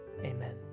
amen